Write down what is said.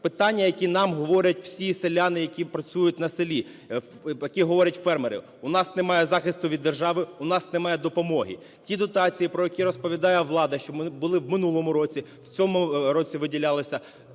Питання, які нам говорять всі селяни, які працюють на селі, які говорять фермери: у нас немає захисту від держави, у нас немає допомоги. Ті дотації, про які розповідає влада, що були в минулому році, в цьому році виділялися,